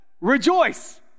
Rejoice